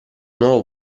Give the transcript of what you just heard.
nuovo